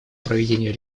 проведению